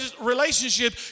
relationship